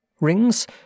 Rings